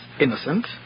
innocent